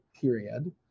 period